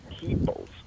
people's